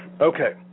Okay